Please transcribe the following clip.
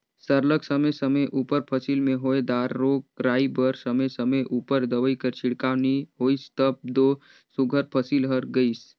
सरलग समे समे उपर फसिल में होए दार रोग राई बर समे समे उपर दवई कर छिड़काव नी होइस तब दो सुग्घर फसिल हर गइस